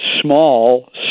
small